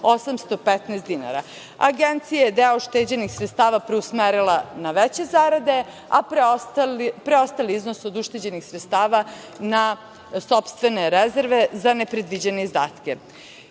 978.815 dinara. Agencija je deo ušteđenih sredstava preusmerila na veće zarade, a preostali iznos od ušteđenih sredstava na sopstvene rezerve za nepredviđene izdatke. Kada